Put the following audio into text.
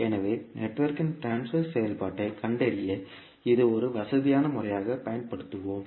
எனவே நெட்வொர்க்கின் ட்ரான்ஸ்பர் செயல்பாட்டைக் கண்டறிய இது ஒரு வசதியான முறையாகப் பயன்படுத்துவோம்